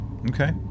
okay